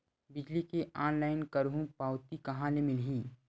बिजली के ऑनलाइन करहु पावती कहां ले मिलही?